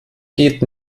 geht